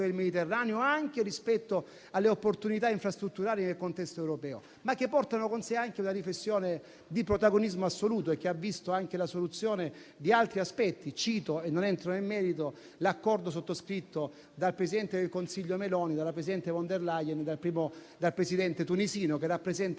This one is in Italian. del Mediterraneo, rispetto alle opportunità infrastrutturali nel contesto europeo, ma anche una riflessione di protagonismo assoluto che ha visto la soluzione anche di altri aspetti. Cito, e non entro nel merito, l'accordo sottoscritto dal presidente del Consiglio Meloni, dalla presidente von der Leyen e dal Presidente tunisino che rappresenta